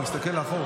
הוא הסתכל לאחור,